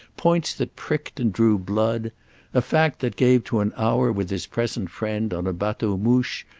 points that pricked and drew blood a fact that gave to an hour with his present friend on a bateau-mouche,